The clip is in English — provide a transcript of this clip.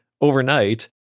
overnight